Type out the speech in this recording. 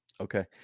Okay